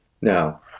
Now